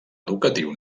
educatiu